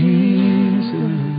Jesus